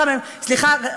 סליחה,